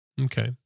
Okay